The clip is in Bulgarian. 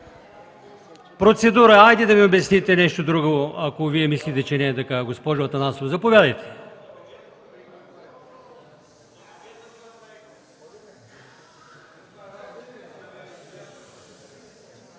Процедура! Хайде да ни обясните нещо друго, ако Вие мислите, че не е така, госпожо Атанасова. Заповядайте.